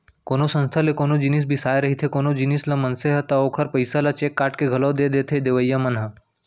कोनो संस्था ले कोनो जिनिस बिसाए रहिथे कोनो जिनिस ल मनसे ह ता ओखर पइसा ल चेक काटके के घलौ दे देथे देवइया मन ह